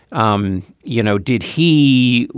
um you know, did he.